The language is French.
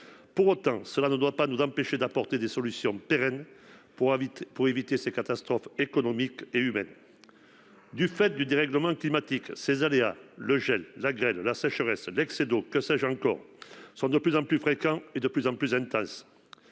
Pour autant, cela ne doit pas nous empêcher d'apporter des solutions pérennes pour éviter ces catastrophes économiques et humaines. Du fait du dérèglement climatique, ces aléas- gel, grêle, sécheresse, excès d'eau ... -sont de plus en plus fréquents et de plus en plus intenses,